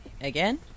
Again